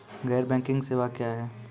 गैर बैंकिंग सेवा क्या हैं?